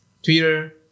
Twitter